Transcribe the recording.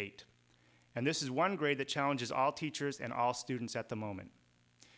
eight and this is one grade that challenges all teachers and all students at the moment